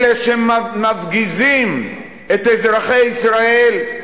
אלה שמפגיזים את אזרחי ישראל,